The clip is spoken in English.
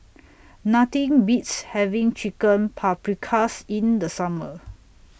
Nothing Beats having Chicken Paprikas in The Summer